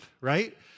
right